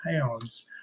pounds